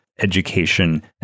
education